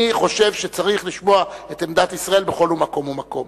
אני חושב שצריך לשמוע את עמדת ישראל בכל מקום ומקום.